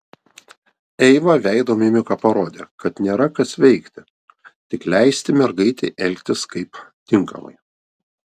eiva veido mimika parodė kad nėra kas veikti tik leisti mergaitei elgtis kaip tinkamai